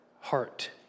heart